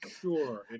sure